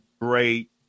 Great